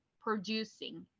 producing